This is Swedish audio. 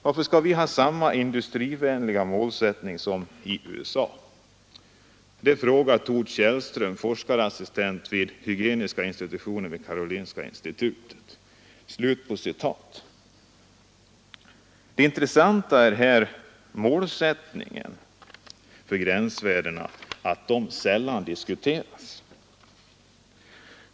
Varför ska vi ha samma ”industrivänliga” målsättning som i USA? Det intressanta är här att målsättningen för gränsvärdena sällan diskuteras.